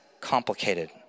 complicated